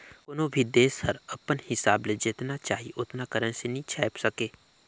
कोनो भी देस हर अपन हिसाब ले जेतना चाही ओतना करेंसी नी छाएप सके